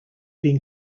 been